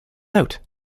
out